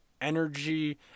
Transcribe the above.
energy